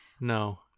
No